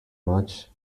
much